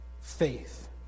faith